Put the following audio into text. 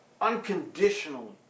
unconditionally